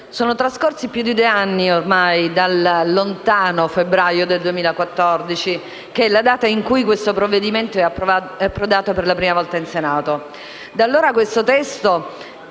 sono trascorsi più di due anni ormai dal lontano 21 febbraio 2014, data in cui questo provvedimento è approdato per la prima volta in Senato.